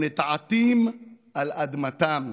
ונטעתים על אדמתם,